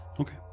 Okay